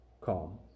calm